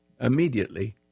immediately